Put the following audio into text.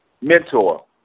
Mentor